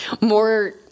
more